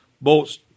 bolts